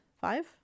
Five